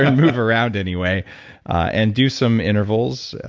and move around anyway and do some intervals,